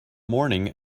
morning